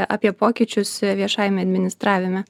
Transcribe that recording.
apie pokyčius viešajame administravime